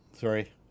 sorry